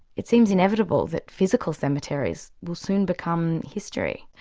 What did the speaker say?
it seems inevitable that physical cemeteries will soon become history.